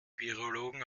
virologen